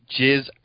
Jizz